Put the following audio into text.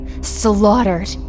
Slaughtered